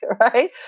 right